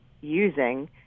using